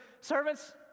servants